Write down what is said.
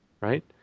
right